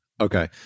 Okay